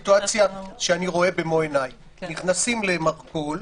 מצב שאני רואה במו עיניי נכנסים למרכול,